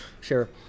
sure